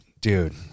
Dude